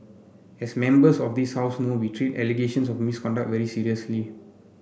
as Members of this House know we treat allegations of misconduct very seriously